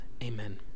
Amen